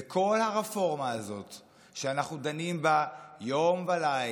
בכל הרפורמה הזאת שאנחנו דנים בה יום וליל